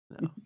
no